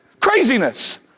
Craziness